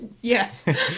Yes